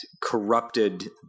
corrupted